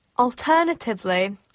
Alternatively